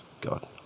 God